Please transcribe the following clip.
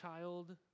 child